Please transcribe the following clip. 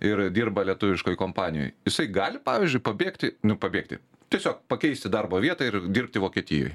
ir dirba lietuviškoj kompanijoj jisai gali pavyzdžiui pabėgti pabėgti tiesiog pakeisti darbo vietą ir dirbti vokietijoj